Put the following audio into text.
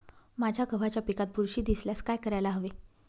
माझ्या गव्हाच्या पिकात बुरशी दिसल्यास काय करायला हवे?